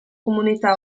comunità